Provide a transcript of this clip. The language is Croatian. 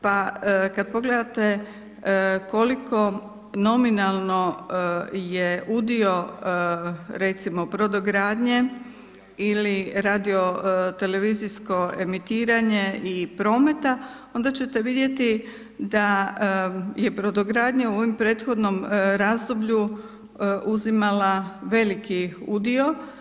Pa kada pogledate koliko nominalno je udio recimo brodogradnje ili radiotelevizijsko emitiranje i prometa, onda ćete vidjeti da je brodogradnja u ovom prethodnom razdoblju uzimala veliki udio.